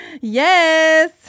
yes